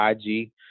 IG